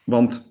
Want